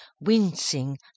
wincing